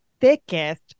thickest